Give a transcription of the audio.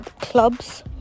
clubs